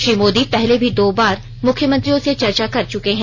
श्री मोदी पहले भी दो बार मुख्यमंत्रियों से चर्चा कर चुके हैं